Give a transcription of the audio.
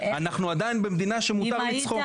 אנחנו עדיין במדינה שמותר לצחוק.